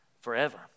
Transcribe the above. forever